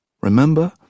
Remember